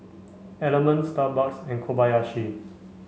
Element Starbucks and Kobayashi